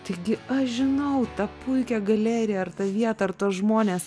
taigi aš žinau tą puikią galeriją ar tą vietą ar tuos žmones